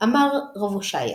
אמר רב הושעיא